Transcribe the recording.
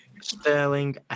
Sterling